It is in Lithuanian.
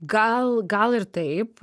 gal gal ir taip